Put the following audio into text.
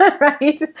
right